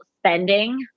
spending